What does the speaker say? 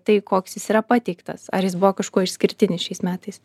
tai koks jis yra pateiktas ar jis buvo kažkuo išskirtinis šiais metais